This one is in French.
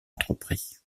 entrepris